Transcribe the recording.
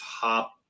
top